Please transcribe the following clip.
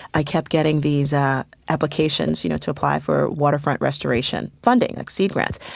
i kept getting these applications, you know, to apply for waterfront restoration funding, like seed grants.